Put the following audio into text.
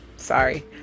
sorry